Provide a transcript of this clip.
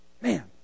Man